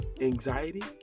anxiety